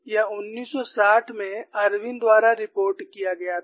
यह 1960 में इरविन द्वारा रिपोर्ट किया गया था